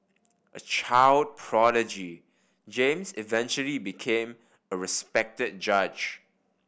a child prodigy James eventually became a respected judge